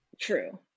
True